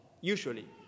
usually